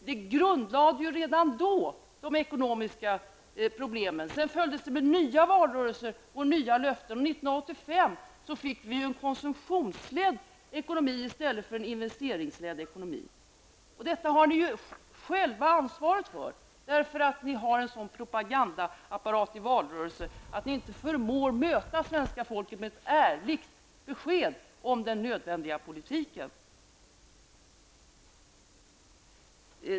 Ni grundlade redan då de ekonomiska problemen. Sedan fick vi nya valrörelser och nya löften. 1985 fick vi en konsumtionsledd ekonomi i stället för en investeringsledd. Detta bär ni själva ansvaret för. Er propagandaapparat i valrörelserna är sådan att ni inte förmår möta det svenska folket med ärliga besked om den nödvändiga politiken.